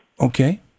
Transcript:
Okay